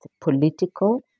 political